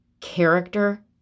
character